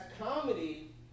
comedy